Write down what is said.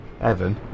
Evan